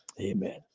Amen